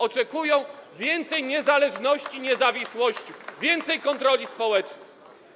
Oczekują więcej niezależności, niezawisłości, więcej kontroli społecznych.